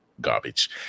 garbage